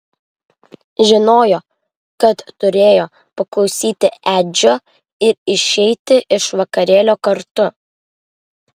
žinojo kad turėjo paklausyti edžio ir išeiti iš vakarėlio kartu